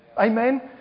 Amen